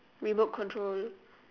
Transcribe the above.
remote control